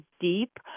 deep